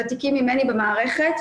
ותיקים ממני במערכת.